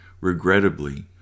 regrettably